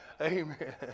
Amen